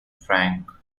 frank